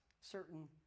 certain